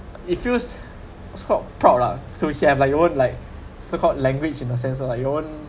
it feels of course proud lah so here I'm like you won't like so called language in a sense ah you own